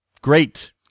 Great